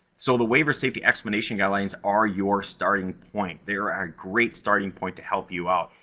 so, the waiver safety explanation guidelines are your starting point. they're a great starting point to help you out.